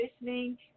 listening